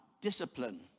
discipline